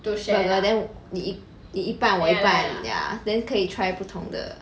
bagel then 你一你一半我一半 ya then 可以 try 不同的